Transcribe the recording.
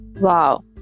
Wow